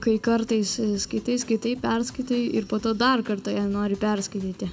kai kartais skaitai skaitai perskaitai ir po to dar kartą ją nori perskaityti